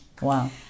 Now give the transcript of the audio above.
Wow